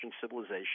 civilization